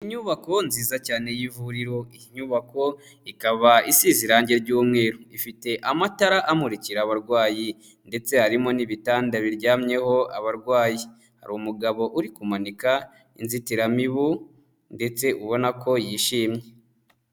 Inyubako nziza cyane y'ivuriro, inyubako ikaba i isize irangi ry'umweru, ifite amatara amurikira abarwayi ndetse harimo n'ibitanda biryamyeho abarwayi, hari umugabo uri kumanika inzitiramibu ndetse ubona ko yishimye.